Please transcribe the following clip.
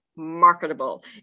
Marketable